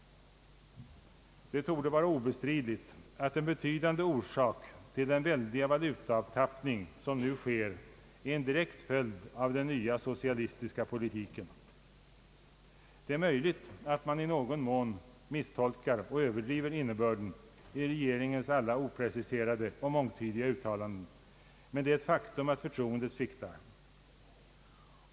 Det torde vara obestridligt att en betydande orsak till den väldiga valutaavtappning som nu sker är den nya socialistiska politiken. Det är möjligt att man i någon mån misstolkar och överdriver innebörden i regeringens alla opreciserade och mångtydiga uttalanden, men det är ett faktum att förtroendet sviktar.